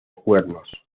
cuernos